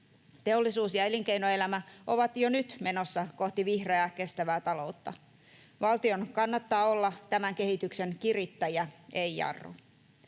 Teollisuus ja elinkeinoelämä ovat jo nyt menossa kohti vihreää, kestävää taloutta. Valtion kannattaa olla tämän kehityksen kirittäjä, ei jarru.